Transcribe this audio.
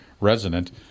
resident